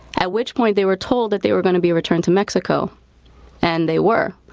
at which point they were told that they were going to be returned to mexico and they were,